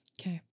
Okay